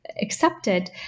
accepted